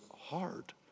hard